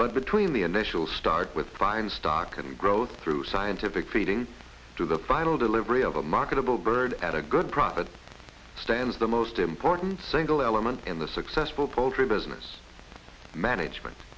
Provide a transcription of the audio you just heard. but between the initial start with find stock and growth through scientific feeding to the final delivery of a marketable bird at a good profit stands the most important single element in the successful poultry business management